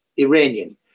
Iranian